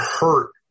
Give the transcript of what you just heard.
hurt